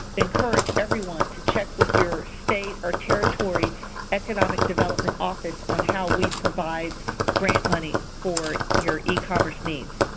encourage everyone to check with your state or territory economic development office on how we provide grant money for your e-commerce needs.